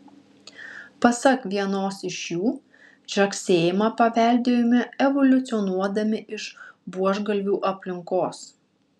pasak vienos iš jų žagsėjimą paveldėjome evoliucionuodami iš buožgalvių aplinkos